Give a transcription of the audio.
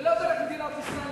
ולא דרך מדינת ישראל.